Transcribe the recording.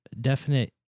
definite